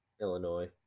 Illinois